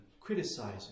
criticizing